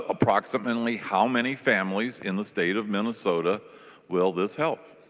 ah proximally how many families in the state of minnesota will this help?